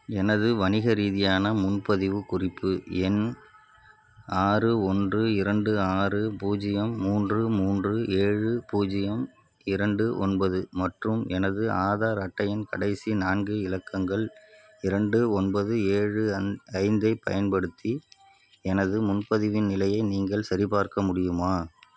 எனது வணிக ரீதியான முன்பதிவு குறிப்பு எண் ஆறு ஒன்று இரண்டு ஆறு பூஜ்ஜியம் மூன்று மூன்று ஏழு பூஜ்ஜியம் இரண்டு ஒன்பது மற்றும் எனது ஆதார் அட்டையின் கடைசி நான்கு இலக்கங்கள் இரண்டு ஒன்பது ஏழு அன் ஐந்து ஐப் பயன்படுத்தி எனது முன்பதிவின் நிலையை நீங்கள் சரிபார்க்க முடியுமா